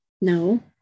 No